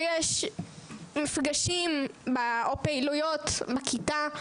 כשיש מפגשים או פעילויות בכיתה,